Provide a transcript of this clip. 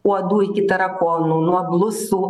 uodų iki tarakonų nuo blusų